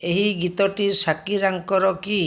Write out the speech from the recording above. ଏହି ଗୀତଟି ଶାକିରାଙ୍କର କି